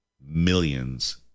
millions